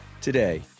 today